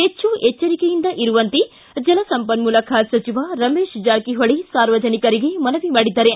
ಹೆಚ್ಚು ಎಚ್ಚರಿಕೆಯಿಂದ ಇರುವಂತೆ ಜಲಸಂಪನ್ಮೂಲ ಖಾತೆ ಸಚಿವ ರಮೇಶ್ ಜಾರಕಿಹೊಳಿ ಸಾರ್ವಜನಿಕರಿಗೆ ಮನವಿ ಮಾಡಿದ್ದಾರೆ